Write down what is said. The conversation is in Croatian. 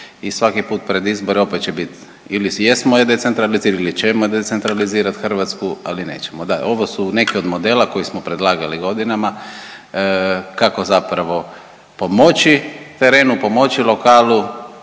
i svaki put pred izbore opet će bit ili jesmo je decentralizirali ili ćemo decentralizirat Hrvatsku, ali nećemo. Da, ovo su neki od modela koji smo predlagali godinama kako zapravo pomoći terenu pomoći lokalu